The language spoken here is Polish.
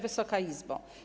Wysoka Izbo!